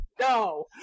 No